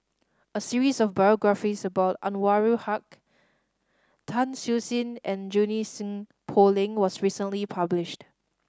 a series of biographies about Anwarul Haque Tan Siew Sin and Junie Sng Poh Leng was recently published